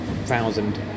Thousand